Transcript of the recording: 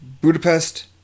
Budapest